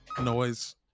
noise